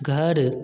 घर